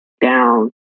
down